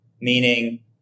meaning